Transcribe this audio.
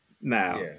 Now